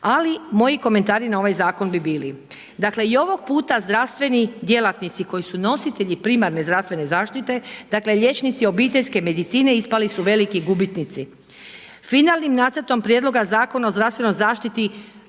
ali moji komentari na ovaj zakon bi bili: Dakle i ovog puta zdravstveni djelatnici koji su nositelji primarne zdravstvene zaštite, dakle liječnici obiteljske medicine ispali su veliki gubitnici. Finalnim nacrtom prijedloga Zakona o zdravstvenoj zaštiti